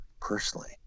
personally